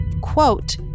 quote